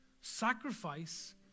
Sacrifice